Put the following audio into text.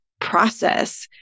process